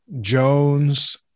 Jones